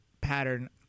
pattern